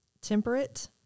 temperate